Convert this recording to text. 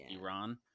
Iran